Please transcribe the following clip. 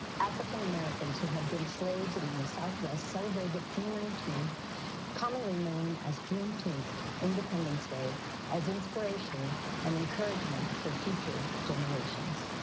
african americans who had been slaves in the southwest celebrated to nineteen commonly known as juneteenth independence day as inspiration and encouragement for future generations.